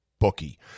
bookie